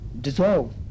dissolve